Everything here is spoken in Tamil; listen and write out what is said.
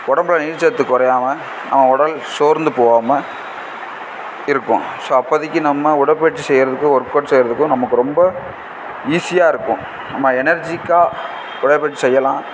உடம்புல நீர்ச்சத்து குறையாம நம்ம உடல் சோர்ந்து போகாம இருப்போம் ஸோ அப்போதைக்கு நம்ம உடற்பயிற்சி செய்கிறதுக்கு ஒர்க் அவுட் செய்கிறதுக்கும் நமக்கு ரொம்ப ஈஸியாக இருக்கும் நம்ம எனர்ஜிக்காக உடற்பயிற்சி செய்யலாம்